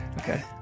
Okay